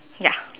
ya